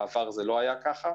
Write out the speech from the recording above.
בעבר זה לא היה כך.